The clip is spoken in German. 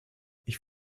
ich